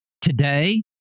today